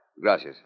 Gracias